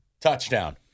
Touchdown